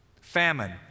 Famine